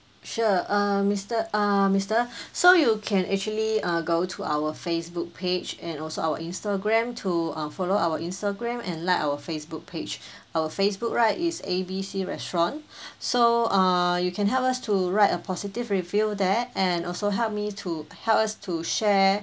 sure uh mister uh mister so you can actually uh go to our Facebook page and also our Instagram to uh follow our Instagram and like our Facebook page our Facebook right is A B C restaurant so uh you can help us to write a positive review there and also help me to help us to share